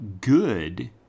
good